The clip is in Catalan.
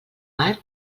mar